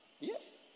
Yes